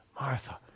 Martha